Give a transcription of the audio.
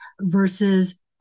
versus